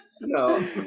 No